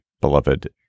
beloved